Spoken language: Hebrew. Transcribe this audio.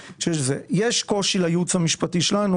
יש קושי לייעוץ המשפטי שלנו.